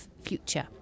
future